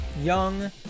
young